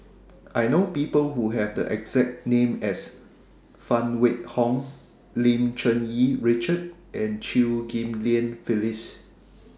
I know People Who Have The exact name as Phan Wait Hong Lim Cherng Yih Richard and Chew Ghim Lian Phyllis